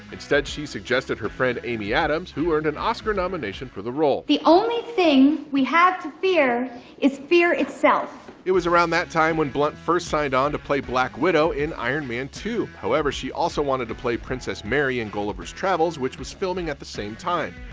instead she suggested her friend amy adams who earned an oscar nomination for the role. the only thing we have to fear is fear itself. it was around that time when blunt first signed on to play black widow in iron man two, however she also wanted to play princess mary in gulliver's travels, which was filming at the same time.